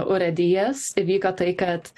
urėdijas įvyko tai kad